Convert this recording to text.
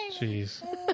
Jeez